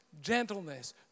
gentleness